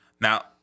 Now